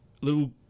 little